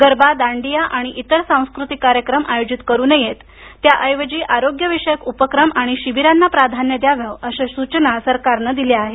गरबा दांडिया आणि इतर सांस्कृतिक कार्यक्रम आयोजित करू नयेत त्याऐवजी आरोग्य विषयक उपक्रम आणि शिबिरांना प्राधान्य द्यावं अशा सूचना सरकारनं दिल्या आहेत